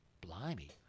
Blimey